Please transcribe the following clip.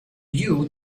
you